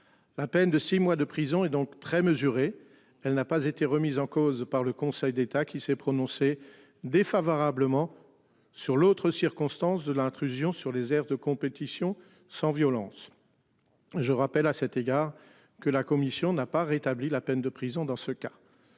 La peine de 6 mois de prison est donc très mesuré. Elle n'a pas été remises en cause par le Conseil d'État qui s'est prononcé défavorablement sur l'autre circonstance de l'intrusion sur les aires de compétition sans violence. Je rappelle à cet égard que la commission n'a pas rétabli la peine de prison. Dans ce cas.